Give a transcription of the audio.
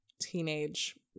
teenage